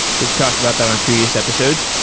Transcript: we've talked about that on previous episodes.